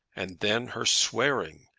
and then her swearing,